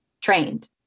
trained